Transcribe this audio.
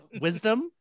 wisdom